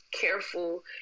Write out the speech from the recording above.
careful